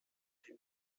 dem